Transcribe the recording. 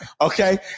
Okay